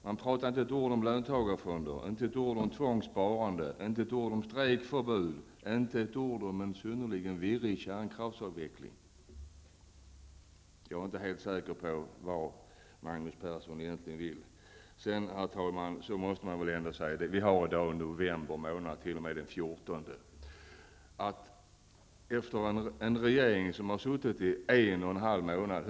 Man sade inte ett ord om löntagarfonder, inte ett ord om tvångssparande, inte ett ord om strejkförbud, inte ett ord om en synnerligen virrig kärnkraftsavveckling. Jag är inte helt säker på vad Magnus Persson egentligen vill. Vi har i dag den 14 november, och den nuvarande regeringen har suttit i högst en och en halv månad.